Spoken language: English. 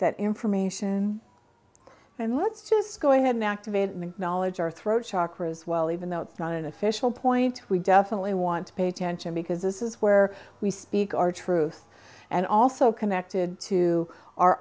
that information and let's just go ahead and activate knowledge our throat chakra as well even though it's not an official point we definitely want to pay attention because this is where we speak our truth and also connected to our